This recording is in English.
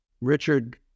Richard